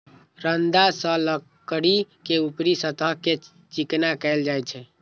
रंदा सं लकड़ी के ऊपरी सतह कें चिकना कैल जाइ छै